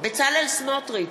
בצלאל סמוטריץ,